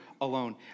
alone